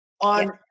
on